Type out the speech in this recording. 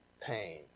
Pain